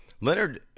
Leonard